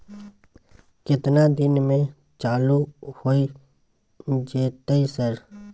केतना दिन में चालू होय जेतै सर?